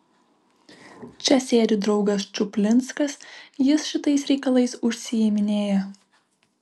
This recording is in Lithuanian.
čia sėdi draugas čuplinskas jis šitais reikalais užsiiminėja